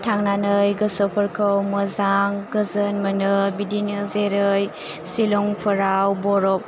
थांनानै गोसोफोरखौ मोजां गोजोन मोनो बिदिनो जेरै शिलंफोराव बरफ